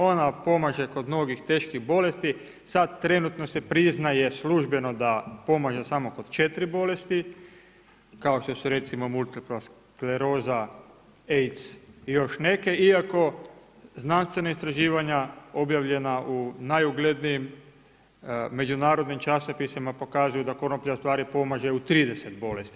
Ona pomaže kod mnogih teških bolesti, sad trenutno se priznaje službeno da pomaže samo kod 4 bolesti kao što su recimo multipla skleroza, AIDS i još neke iako znanstvena istraživanja objavljena u najuglednijim međunarodnim časopisima pokazuju da konoplja pomaže u stvari u 30 bolesti.